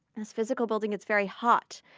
this physical building, it's very hot,